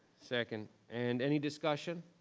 second. and any discussion?